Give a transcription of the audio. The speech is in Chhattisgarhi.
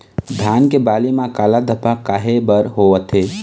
धान के बाली म काला धब्बा काहे बर होवथे?